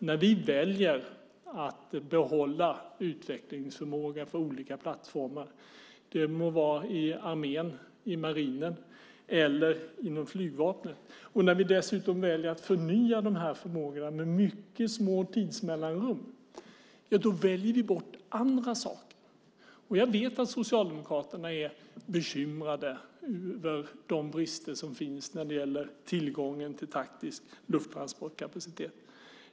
När vi väljer att behålla utvecklingsförmåga för olika plattformar - det må vara i armén, marinen eller flygvapnet - och vi dessutom väljer att förnya de här förmågorna med mycket små tidsmellanrum, då väljer vi bort andra saker. Jag vet att Socialdemokraterna är bekymrade över de brister som finns när det gäller tillgången till taktisk lufttransportkapacitet.